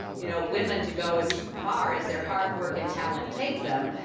you know, women to go as far as their hard work and talent take them,